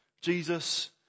Jesus